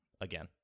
again